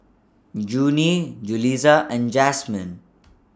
Junie Julisa and Jasmine